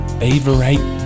favorite